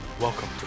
Welcome